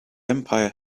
empire